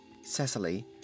Cecily